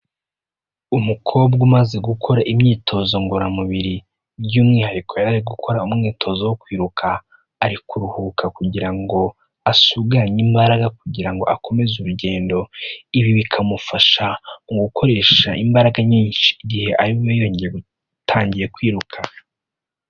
Umukobwa umaze gukora imyitozo ngororamubiri by'umwihariko yari gukora umwitozo wo kwiruka, ari kuruhuka kugira ngo asuganye imbaraga kugira ngo akomeze urugendo, ibi bikamufasha mu gukoresha imbaraga nyinshi igihe arimo yongeye atangiye kwiruka.